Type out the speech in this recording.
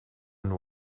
and